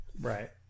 Right